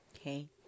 okay